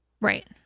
Right